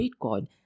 Bitcoin